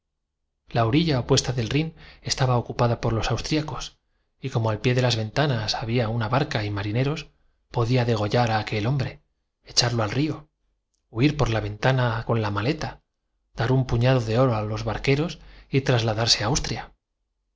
la orilla opuesta del rhin estaba ocupada por los austríacos y como al pie de las ventanas había una barca y pañía de dos jóvenes y bizarros militares franceses llevo en mi ma leta cien mil francos en oro y piedras preciosas la afectuosa reserva marineros podía degollar a aquel hombre echarlo al río huir por la con que los dos subayudantes recibieron tan imprudente confidencia ventana con la maleta dar un puñado de oro a los barqueros y trasla darse a austria